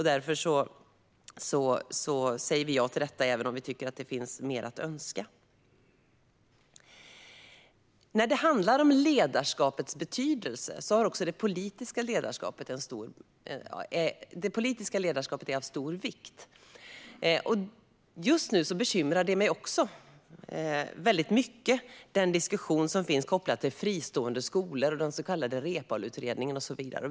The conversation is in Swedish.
Därför säger vi ja till detta, även om vi tycker att det finns mer att önska. När det handlar om ledarskapets betydelse är det politiska ledarskapet av stor vikt. Just nu är jag också mycket bekymrad över den diskussion som finns kopplat till fristående skolor, den så kallade Reepaluutredningen och så vidare.